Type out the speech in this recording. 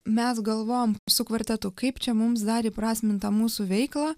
mes galvojom su kvartetu kaip čia mums dar įprasmint tą mūsų veiklą